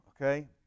okay